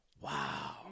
Wow